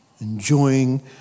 Enjoying